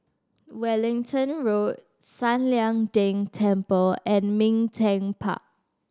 Wellington Road San Lian Deng Temple and Ming Teck Park